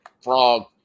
frog